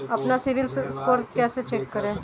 अपना सिबिल स्कोर कैसे चेक करें?